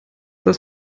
das